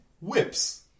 whips